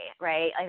right